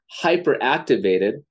hyperactivated